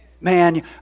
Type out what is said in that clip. Man